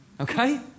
okay